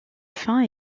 fins